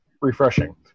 refreshing